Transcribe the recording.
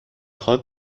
هات